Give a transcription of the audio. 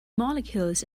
molecules